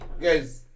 guys